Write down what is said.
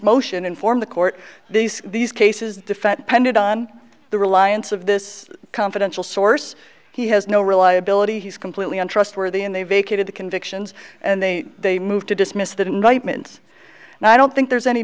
motion informed the court these these cases defended on the reliance of this confidential source he has no reliability he's completely untrustworthy and they vacated the convictions and they they moved to dismiss that indictment and i don't think there's any